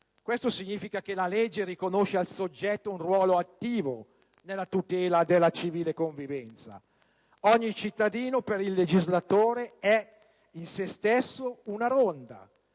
questo significa che la legge riconosce al soggetto un ruolo attivo nella tutela della civile convivenza: ogni cittadino per il legislatore è in se stesso una ronda,